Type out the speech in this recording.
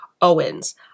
Owens